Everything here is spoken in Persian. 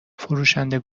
فروشنده